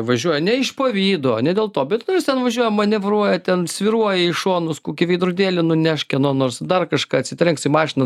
važiuoja ne iš pavydo ne dėl to bet nu jis ten važiuoja manevruoja ten svyruoja į šonus kokį veidrodėlį nuneš kieno nors dar kažką atsitrenks į mašiną